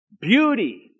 beauty